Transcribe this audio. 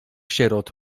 sierot